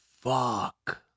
fuck